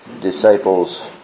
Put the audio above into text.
disciples